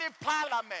parliament